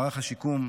מערך השיקום,